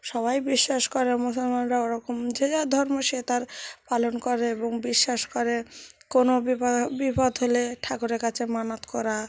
সবাই বিশ্বাস করে মুসলমানরা ওরকম যে যার ধর্ম সে তার পালন করে এবং বিশ্বাস করে কোনো বিপদ বিপদ হলে ঠাকুরের কাছে মানত করা